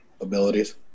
abilities